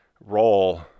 role